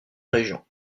région